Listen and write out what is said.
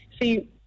see